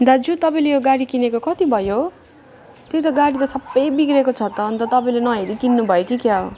दाजु तपाईँले यो गाडी किनेको कति भयो त्यही त गाडी त सब बिग्रेको छ त अन्त तपाईँले नहेरी किन्नु भयो कि क्या हो